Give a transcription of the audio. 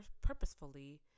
purposefully